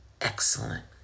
excellent